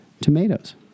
Tomatoes